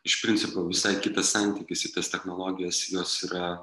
iš principo visai kitas santykis į tas technologijas jos yra